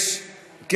לוועדה.